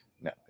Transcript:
No